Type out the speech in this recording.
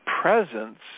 presence